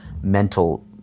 mental